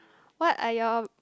what are your